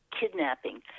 kidnapping